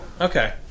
okay